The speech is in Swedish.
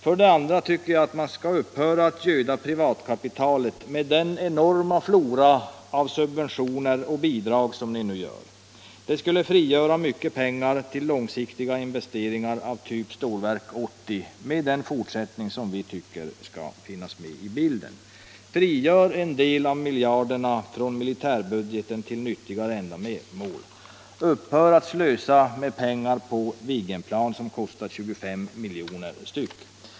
För det andra kan ni upphöra att göda privatkapitalet med den enorma flora av subventioner och bidrag som nu förekommer. Det skulle frigöra mycket pengar till långsiktiga investeringar av typ Stålverk 80 med den fortsättning som vi tycker skall finnas med i bilden. Frigör en del av miljarderna från militärbudgeten till nyttigare ändamål. Upphör att slösa med pengar på Viggenplan som kostar 25 milj.kr. stycket.